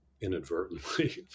inadvertently